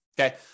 Okay